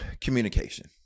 Communication